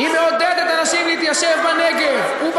ואתה עושה בה שימוש,